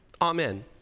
Amen